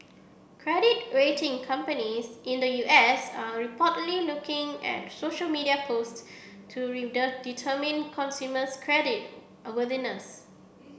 credit rating companies in the U S are reportedly looking at social media posts to determine consumer's credit worthiness